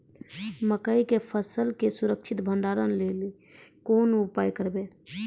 मकई के फसल के सुरक्षित भंडारण लेली कोंन उपाय करबै?